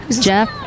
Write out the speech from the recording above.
Jeff